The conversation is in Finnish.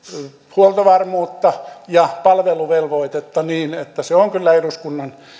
huoltovarmuutta ja palveluvelvoitetta niin että se on kyllä eduskunnan